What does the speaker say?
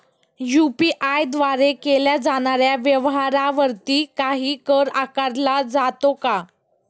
UPI द्वारे केल्या जाणाऱ्या व्यवहारावरती काही कर आकारला जातो का?